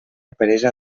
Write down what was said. peresa